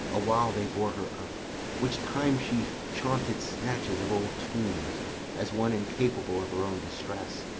awhile they bore her up which time she chaunted snatches of old tunes as one incapable of her own distress,